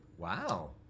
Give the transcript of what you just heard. Wow